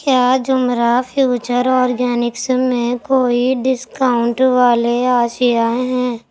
کیا زمرہ future organics میں کوئی ڈسکاؤنٹ والے آشیاء ہیں